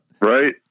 Right